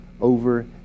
over